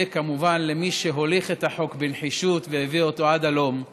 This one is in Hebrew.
וכמובן למי שהוליך את החוק בנחישות והביא אותו עד הלום,